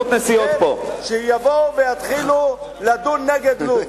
ויבואו ויתחילו לדון נגד לוב.